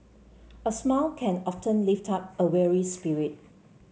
a smile can often lift up a weary spirit